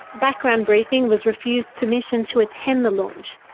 background briefing was refused permission to attend the launch,